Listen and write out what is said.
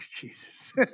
Jesus